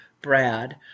Brad